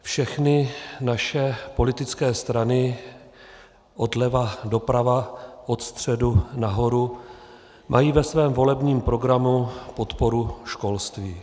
Všechny naše politické strany odleva doprava, od středu nahoru mají ve svém volebním programu podporu školství.